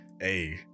hey